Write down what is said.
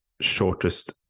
shortest